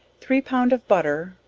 three pound of butter,